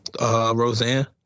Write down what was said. Roseanne